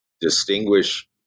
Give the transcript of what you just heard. distinguish